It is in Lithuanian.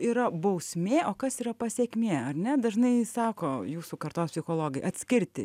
yra bausmė o kas yra pasekmė ar ne dažnai sako jūsų kartos psichologai atskirti